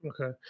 Okay